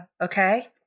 okay